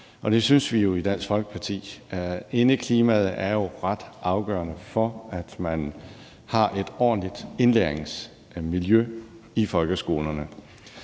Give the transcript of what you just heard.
det synes vi jo i Dansk Folkeparti at det er. Indeklimaet er jo ret afgørende for, at man har et ordentligt indlæringsmiljø i folkeskolerne,